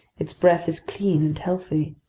its breath is clean and healthy.